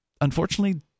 unfortunately